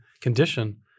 condition